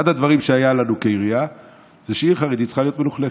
אחד הדברים שהיו לנו כעירייה הוא שעיר חרדית צריכה להיות מלוכלכת.